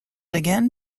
again